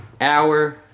hour